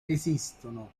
esistono